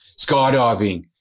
skydiving